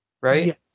right